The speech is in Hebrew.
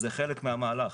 זה חלק מהמהלך.